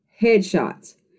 Headshots